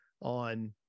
on